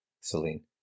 Celine